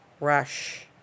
rush